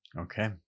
Okay